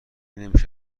نمیشه